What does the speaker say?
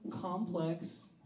complex